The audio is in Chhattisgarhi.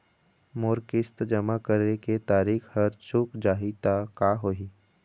मोर किस्त जमा करे के तारीक हर चूक जाही ता का होही?